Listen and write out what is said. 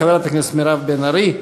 חברת הכנסת מירב בן ארי,